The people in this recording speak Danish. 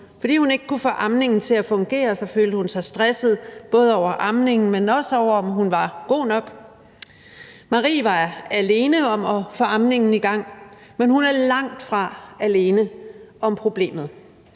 fordi hun ikke kunne få amningen til at fungere, følte hun sig stresset både over amningen, men også over, om hun var god nok. Marie var alene om at få amningen i gang, men hun er langtfra alene om problemet.